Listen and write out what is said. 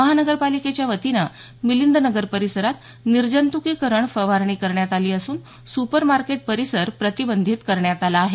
महानगरपालिकेच्या वतीनं मिलिंदनगर परिसरात निर्जंत्कीकरण फवारणी करण्यात आली असून सुपरमार्केट पारिसर प्रतिबंधित करण्यात आला आहे